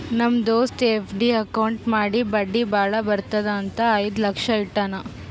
ನಮ್ ದೋಸ್ತ FD account ಮಾಡಿ ಬಡ್ಡಿ ಭಾಳ ಬರ್ತುದ್ ಅಂತ್ ಐಯ್ದ ಲಕ್ಷ ಇಟ್ಟಾನ್